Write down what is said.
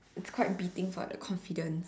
it's quite beating for the confidence